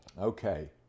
Okay